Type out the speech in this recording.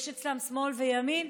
יש אצלם שמאל וימין.